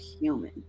human